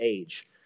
age